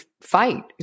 fight